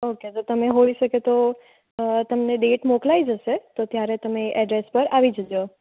okay તો તમે હોઇ શકે તો તમને ડેટ મોકલાઈ જશે તો ત્યારે તમે એ એડ્રેસ પર આવી જજો